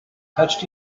touched